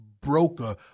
broker